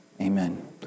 Amen